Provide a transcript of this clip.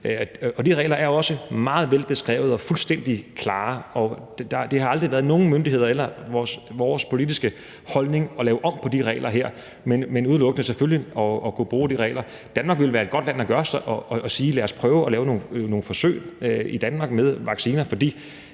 De regler er også meget velbeskrevet og fuldstændig klare. Det har aldrig været holdningen hos nogen myndigheder eller været vores politiske holdning at lave om på de her regler, men udelukkende selvfølgelig at kunne bruge dem. Danmark ville være et godt land at sige i: Lad os prøve at lave nogle forsøg med vacciner, for